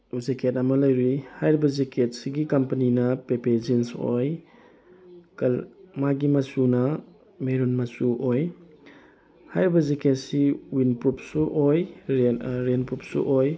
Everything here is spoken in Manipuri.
ꯖꯦꯀꯦꯠ ꯑꯃ ꯂꯩꯔꯨꯏ ꯍꯥꯏꯔꯤꯕ ꯖꯦꯀꯦꯠꯁꯤꯒꯤ ꯀꯝꯄꯅꯤꯅ ꯄꯦꯄꯦ ꯖꯤꯟꯁ ꯑꯣꯏ ꯃꯥꯒꯤ ꯃꯆꯨꯅ ꯃꯦꯔꯨꯟ ꯃꯆꯨ ꯑꯣꯏ ꯍꯥꯏꯔꯤꯕ ꯖꯦꯛꯀꯦꯠꯁꯤ ꯋꯤꯟ ꯄ꯭ꯔꯨꯕꯁꯨ ꯑꯣꯏ ꯔꯦꯟ ꯄ꯭ꯔꯨꯕꯁꯨ ꯑꯣꯏ